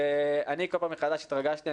אני כל פעם מחדש התרגשתי,